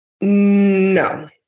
No